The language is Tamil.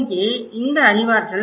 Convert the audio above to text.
இங்கே இந்த அறிவாற்றல்